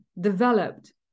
developed